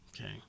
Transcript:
Okay